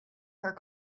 her